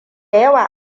yawa